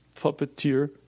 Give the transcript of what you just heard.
puppeteer